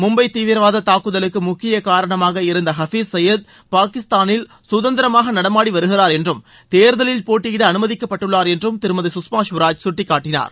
மும்பை தீவிரவாத தாக்குதலுக்கு முக்கிய காரணமாக இருந்த ஹடீஸ் சையது பாகிஸ்தானில் கதந்திரமாக நடமாடி வருகிறார் என்றும் தேர்தலில் போட்டியிட அனுமதிக்கப்பட்டுள்ளார் என்றும் திருமதி சுஷ்மா ஸ்வராஜ் சுட்டிக்காட்டினார்